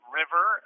river